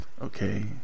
Okay